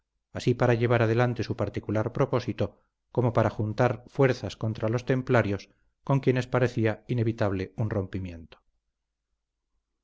así para llevar adelante su particular propósito como para juntar fuerzas contra los templarios con quienes parecía inevitable un rompimiento